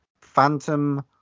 Phantom